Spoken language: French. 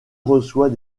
reçoit